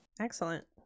excellent